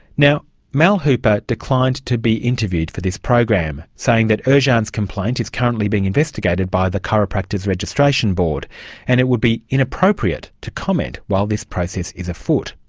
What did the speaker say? now mal hooper declined to be interviewed for this program, saying that ercan's complaint is currently being investigated by the chiropractors registration board and it would be inappropriate to comment while this process is afoot.